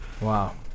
wow